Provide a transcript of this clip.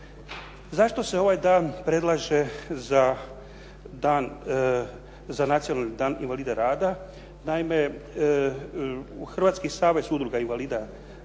Zašto se ovaj dan predlaže za nacionalni dan invalida rada. Naime, u Hrvatski savez udruga invalida taj